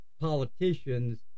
politicians